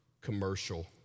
commercial